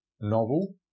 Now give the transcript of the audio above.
novel